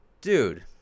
dude